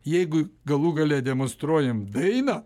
jeigu galų gale demonstruojam dainą